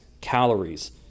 calories